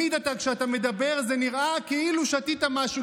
אתה נאמת פה, לא?